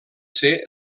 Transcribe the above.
ser